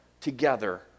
together